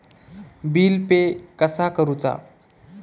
Bill pay कसा करुचा?